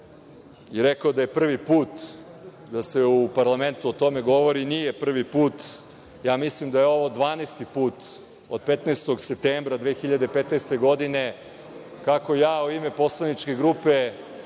rekao je da je prvi put da se u parlamentu o tome govori. Nije prvi put. Ja mislim da je ovo 12 put od 15. septembra 2015. godine kako ja u ime poslaničke grupe